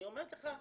אני אומרת לך,